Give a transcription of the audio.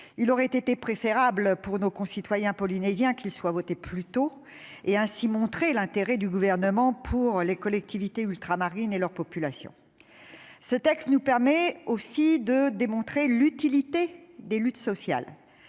Il aurait été préférable pour nos concitoyens polynésiens qu'il soit voté plus tôt, ce qui aurait montré l'intérêt du Gouvernement pour les collectivités ultramarines et leurs populations. Ce texte nous permet aussi de démontrer l'utilité des luttes sociales.